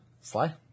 Sly